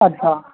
अच्छा